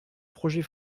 projet